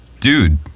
dude